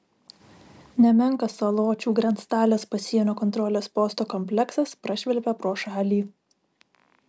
nemenkas saločių grenctalės pasienio kontrolės posto kompleksas prašvilpia pro šalį